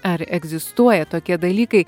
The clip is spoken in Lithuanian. ar egzistuoja tokie dalykai